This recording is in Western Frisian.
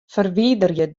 ferwiderje